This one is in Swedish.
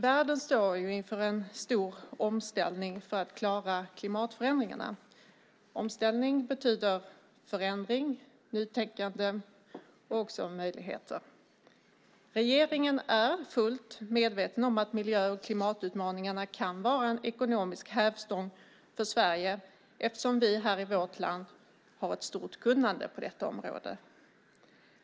Världen står inför en stor omställning för att klara klimatförändringarna. Omställning betyder förändring, nytänkande och också möjligheter. Regeringen är fullt medveten om att miljö och klimatutmaningarna kan vara en ekonomisk hävstång för Sverige eftersom vi i vårt land har ett stort kunnande på detta område.